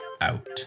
out